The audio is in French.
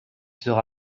sera